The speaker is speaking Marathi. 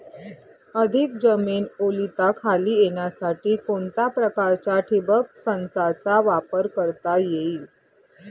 अधिक जमीन ओलिताखाली येण्यासाठी कोणत्या प्रकारच्या ठिबक संचाचा वापर करता येईल?